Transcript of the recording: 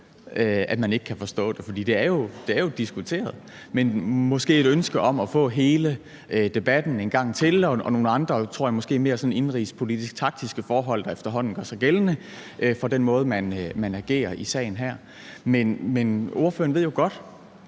at man ikke kan forstå det. For det er jo diskuteret. Men måske er det et ønske om at få hele debatten en gang til og nogle andre, tror jeg, måske mere sådan indenrigspolitisk taktiske forhold, der efterhånden gør sig gældende for den måde, man agerer på i sagen her. Men ordføreren ved jo godt,